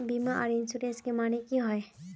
बीमा आर इंश्योरेंस के माने की होय?